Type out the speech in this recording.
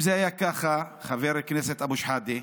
אם זה היה ככה, חבר הכנסת אבו שחאדה,